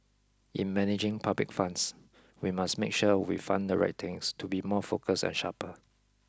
in managing public funds we must make sure we fund the right things to be more focused and sharper